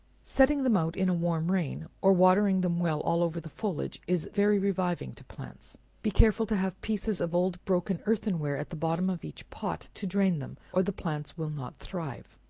setting them out in a warm rain, or watering them well all over the foliage, is very reviving to plants. be careful to have pieces of old broken earthen-ware at the bottom of each pot, to drain them, or the plants will not thrive.